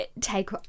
Take